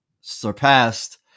surpassed